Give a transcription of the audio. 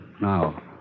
now